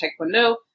taekwondo